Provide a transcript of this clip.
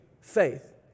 Faith